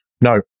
No